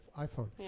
iPhone